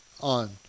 on